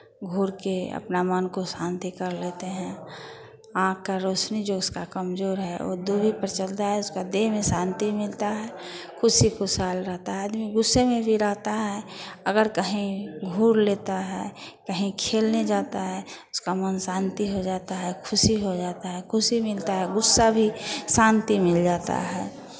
घूर के अपना मन को शांति कर लेते हैं आँख का रोशनी जो उसका कमज़ोर है वो दूरी पर चलता है उसका देह में शांति मिलता है खुशी खुशहाल रहता है आदमी गुस्से में भी रहता है अगर कहीं घूर लेता है कहीं खेलने जाता है उसका मन शांति हो जाता है खुशी खुशी मिलता है गुस्सा भी शांति मिल जाता है